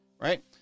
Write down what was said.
Right